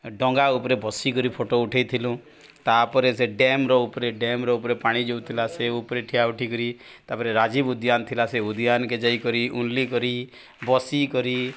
ଡଙ୍ଗା ଉପରେ ବସିିକରି ଫଟୋ ଉଠେଇଥିଲୁ ତାପରେ ସେ ଡ୍ୟାମ୍ର ଉପରେ ଡ୍ୟାମ୍ର ଉପରେ ପାଣି ଯେଉଁ ଥିଲା ସେ ଉପରେ ଠିଆ ଉଠିିକରି ତାପରେ ରାଜୀବ ଉଦ୍ୟାନ ଥିଲା ସେ ଉଦ୍ୟାନକେ ଯାଇକରି ଉନ୍ଲି କରି ବସିକରି